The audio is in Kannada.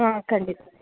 ಹಾಂ ಖಂಡಿತ